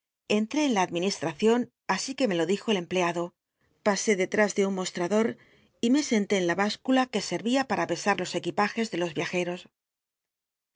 tré en la administmcion así que me lo dijo el empleado pasé delt s ele un mostrador y me senté en la b iscula que servía para pesar los equipajes de los riajetos